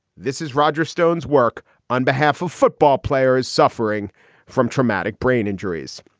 this is roger stone's work on behalf of football players suffering from traumatic brain injuries.